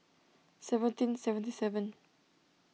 seventeen seventy seven